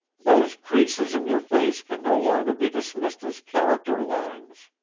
those creases in your face can no longer be dismissed as character lines